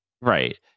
right